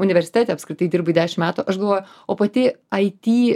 universitete apskritai dirbai dešimt metų aš galvoju o pati aiti